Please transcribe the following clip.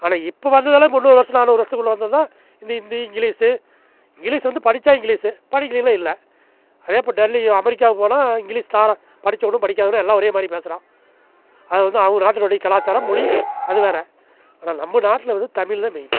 ஆனால் இப்போ வந்ததெல்லாம் முந்நூறு வருஷம் நானூறு வருசத்துக்குள்ளே வந்தது தான் இந்த இந்தி இங்கிலீஷு இங்கிலீஷ் வந்து படித்தா இங்கிலீஷு படிக்கலின்னா இல்லை அதே இப்போ டெல்லி அமெரிக்கா போனால் இங்கிலீஸ் தானா படித்தவனும் படிக்காதவனும் எல்லாம் ஒரே மாதிரி பேசுகிறான் அது வந்து அவங்க நாட்டினுடைய கலாச்சாரம் மொழி அது வேறு ஆனால் நம்ம நாட்டில் வந்து தமிழ் தான் மெயின்